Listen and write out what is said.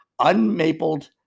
unmapled